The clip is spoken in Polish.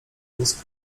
górska